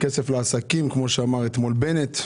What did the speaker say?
כסף לעסקים, כפי שאמר אתמול בנט.